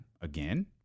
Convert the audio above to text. Again